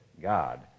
God